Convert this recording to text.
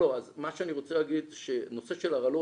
הרקע הזה יכולים להתפתח בוודאי ובוודאי נושא של בעיות,